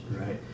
right